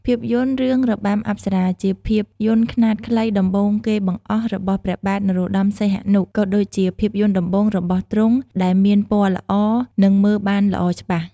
ភាពយន្ត រឿងរបាំអប្សរា ជាភាពយន្តខ្នាតខ្លីដំបូងគេបង្អស់របស់ព្រះបាទនរោត្តមព្រះសីហនុ ក៏ដូចជាភាពយន្តដំបូងររបស់ទ្រង់ដែលមានពណ៌ល្អនិងមើលបានល្អច្បាស់។